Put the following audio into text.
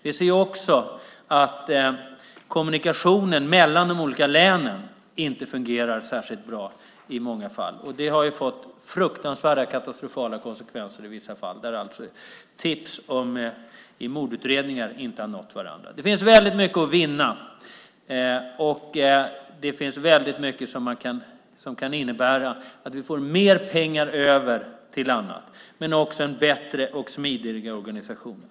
Vi ser också att kommunikationen mellan länen inte fungerar särskilt bra i många fall. Det har fått katastrofala konsekvenser i vissa fall där tips i mordutredningar inte har nått fram. Det finns väldigt mycket att vinna och det finns väldigt mycket som kan innebära att vi får mer pengar över till annat, men också en bättre och smidigare organisation.